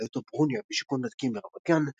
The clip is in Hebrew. רעייתו ברוניה בשיכון ותיקים ברמת גן,